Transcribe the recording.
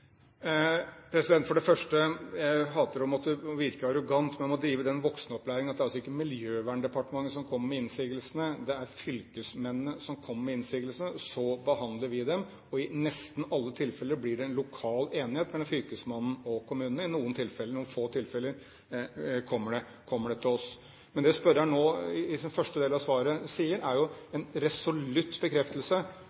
For det første: Jeg hater å måtte virke arrogant, men må drive den voksenopplæring å si at det altså ikke er Miljøverndepartementet som kommer med innsigelsene; det er fylkesmennene som kommer med innsigelsene. Så behandler vi dem, og i nesten alle tilfeller blir det en lokal enighet mellom fylkesmannen og kommunene, i noen få tilfeller kommer det til oss. Men det som spørreren nå sier, er jo en resolutt bekreftelse på det jeg har framført i